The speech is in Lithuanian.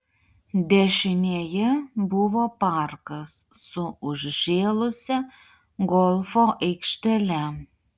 dešinėje buvo parkas su užžėlusia golfo aikštele